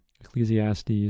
Ecclesiastes